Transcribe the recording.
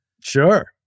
Sure